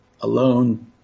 alone